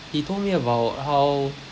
he told me about how